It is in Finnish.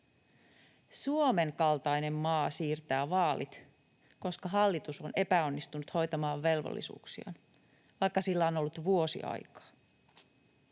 Suomen kaltainen maa siirtää vaalit, koska hallitus on epäonnistunut hoitamaan velvollisuuksiaan, vaikka sillä on ollut vuosi aikaa.